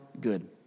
good